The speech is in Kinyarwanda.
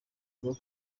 bwo